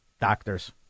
Doctors